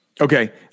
Okay